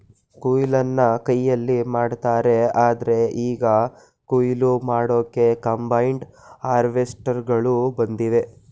ಕೊಯ್ಲನ್ನ ಕೈಯಲ್ಲಿ ಮಾಡ್ತಾರೆ ಆದ್ರೆ ಈಗ ಕುಯ್ಲು ಮಾಡೋಕೆ ಕಂಬೈನ್ಡ್ ಹಾರ್ವೆಸ್ಟರ್ಗಳು ಬಂದಿವೆ